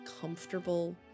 comfortable